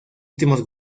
últimos